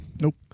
Nope